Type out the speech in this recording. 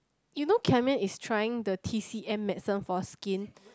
you know Chamen is trying the T_C_M medicine for skin